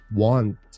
want